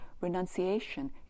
renunciation